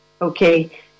okay